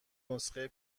نسخه